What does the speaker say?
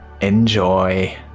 Enjoy